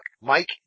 Mike